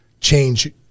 change